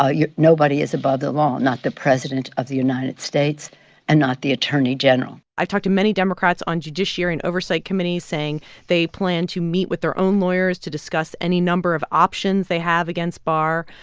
ah you're nobody is above the law, not the president of the united states and not the attorney general i've talked to many democrats on judiciary and oversight committees saying they plan to meet with their own lawyers to discuss any number of options they have against barr.